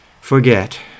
forget